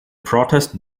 protest